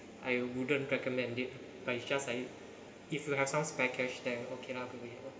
I wouldn't recommend it but it's just like if you have some spare cash then okay lah go ahead loh